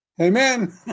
amen